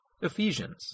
Ephesians